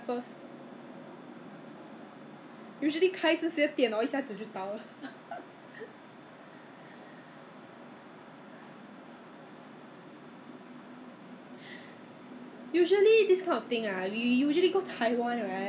ya but I think Taiwan did see the breakdown so therefore they know they they know ah 那时是以前的事 lah 我最近看到因为是我看那个 Starhub 的那个什么 ah set top box so 我看得到那个 Taiwan 的那些 what 他们的那种 s~ you know 那些名嘴在讲话这些